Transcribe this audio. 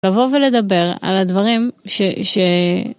לבוא ולדבר על הדברים ש...